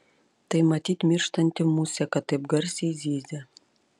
tai matyt mirštanti musė kad taip garsiai zyzia